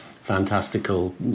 fantastical